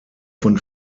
von